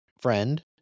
friend